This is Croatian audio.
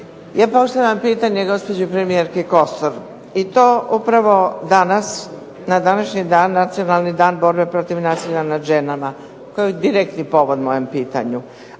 Ja postavljam pitanje gospođi premijerki Kosor, i to upravo danas na današnji dan, Nacionalni dan borbe protiv nasilja nad ženama, koji je direktni povod mojem pitanju,